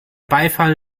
beifall